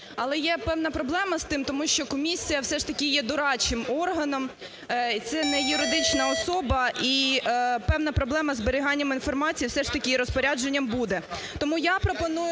Але є певна проблема з тим, тому що комісія все ж таки є дорадчим органом, це неюридична особа, і певна проблема із зберіганням інформації все ж таки і розпорядженням буде.